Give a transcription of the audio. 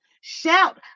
Shout